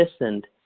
listened